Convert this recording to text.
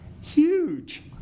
huge